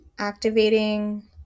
activating